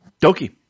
Doki